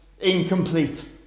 incomplete